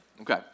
Okay